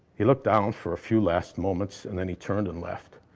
he looked down for a few last moments and then he turned and left.